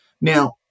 Now